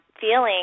feeling